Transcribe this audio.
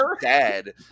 dead